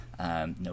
No